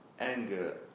anger